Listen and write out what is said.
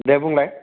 दे बुंलाय